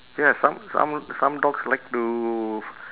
ya some some some dogs like to